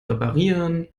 reparieren